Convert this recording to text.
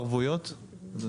ערבויות?